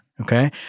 Okay